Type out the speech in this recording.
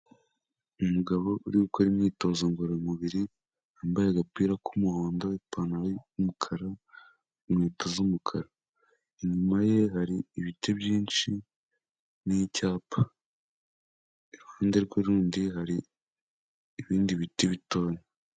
Umugabo uri gukora imyitozo ngororamubiri yambaye agapira k'umuhondo, ipantaro y'umukara, inkweto z'umukara. Inyuma ye hari ibiti byinshi n'icyapa, iruhande rwe rundi hari ibindi biti bitoya.